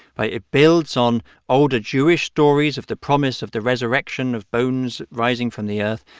ah it builds on older jewish stories of the promise of the resurrection, of bones rising from the earth.